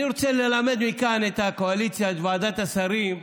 אני רוצה ללמד מכאן את הקואליציה, את ועדת השרים,